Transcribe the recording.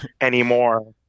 anymore